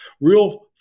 real